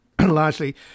largely